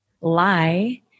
lie